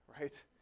right